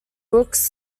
brooks